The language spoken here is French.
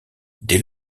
dès